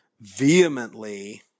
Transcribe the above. vehemently